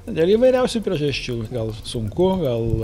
dėl įvairiausių priežasčių gal sunku gal